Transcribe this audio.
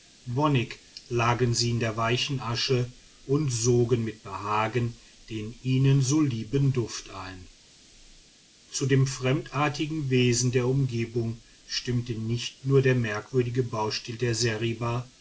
wonnig lagen sie in der weichen asche und sogen mit behagen den ihnen so lieben duft ein die pfahlbau seriba molo zu dem fremdartigen wesen der umgebung stimmte nicht nur der merkwürdige baustil der seriba